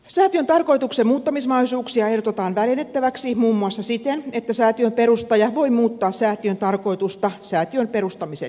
säätiön tarkoituksen muuttamismahdollisuuksia ehdotetaan väljennettäväksi muun muassa siten että säätiön perustaja voi muuttaa säätiön tarkoitusta säätiön perustamisen jälkeen